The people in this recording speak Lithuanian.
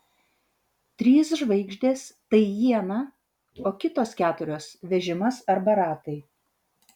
trys žvaigždės tai iena o kitos keturios vežimas arba ratai